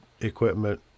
equipment